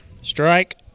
Strike